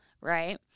right